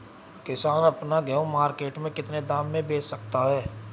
किसान अपना गेहूँ मार्केट में कितने दाम में बेच सकता है?